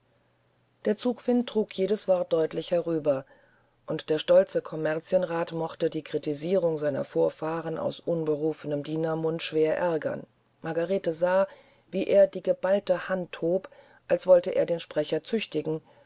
der zugwind trug jedes wort deutlich herüber und den stolzen kommerzienrat mochte die kritisierung seiner vorfahren aus unberufenem dienermund schwer ärgern margarete sah wie er die geballte hand hob als wolle er den sprecher züchtigen